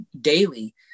daily